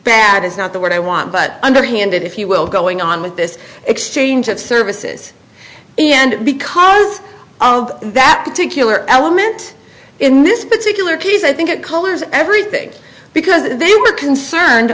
bad is not the word i want but underhanded if you will going on with this exchange of services and because of that particular element in this particular piece i think it colors everything because they were concerned